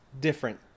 different